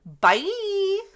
Bye